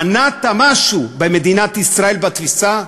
מנעת משהו במדינת ישראל, בתפיסה,